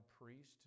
priest